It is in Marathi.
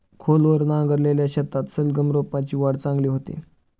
खोलवर नांगरलेल्या शेतात सलगम रोपांची वाढ चांगली होते